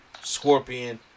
scorpion